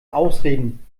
ausreden